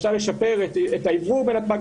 אפשר לשפר את האוורור בנתב"ג,